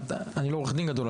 אני לא עורך דין גדול,